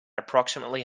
approximately